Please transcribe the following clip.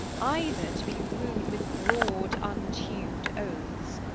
either to be wooed with broad untuned oaths,